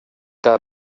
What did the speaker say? cada